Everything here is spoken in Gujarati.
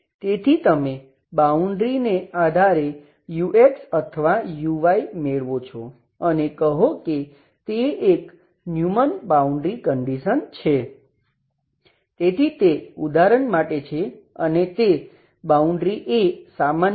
તેથી તમે બાઉન્ડ્રીને આધારે ux અથવા uy મેળવો છો અને કહો કે તે એક ન્યુમન બાઉન્ડ્રી કંડિશન છે